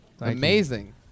Amazing